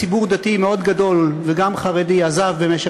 ציבור דתי מאוד גדול וגם חרדי עזב במשך